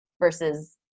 versus